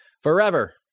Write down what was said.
Forever